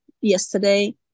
yesterday